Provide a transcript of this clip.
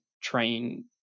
train